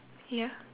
ya